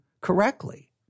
correctly